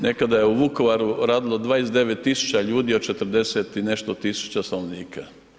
Nekada je u Vukovaru radilo 29 tisuća ljudi od 40 i nešto tisuća stanovnika.